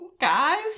guys